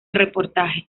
reportaje